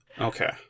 Okay